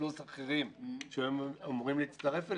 פלוס אחרים שהיו אמורים להצטרף אליהם,